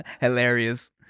Hilarious